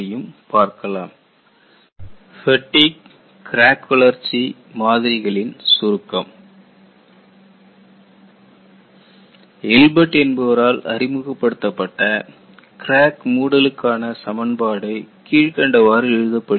Summary of Empirical Fatigue Crack Growth Models fatigue crack வளர்ச்சி மாதிரிகளின் சுருக்கம் எல்பர்ட் என்பவரால் அறிமுகப்படுத்தப்பட்ட கிராக் மூடலுக்கான சமன்பாடு கீழ்க்கண்டவாறு எழுதப்படுகிறது